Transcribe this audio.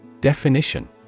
Definition